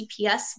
GPS